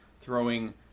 throwing